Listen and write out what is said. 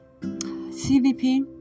CVP